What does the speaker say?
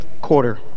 quarter